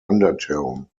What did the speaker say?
undertone